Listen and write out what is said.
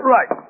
Right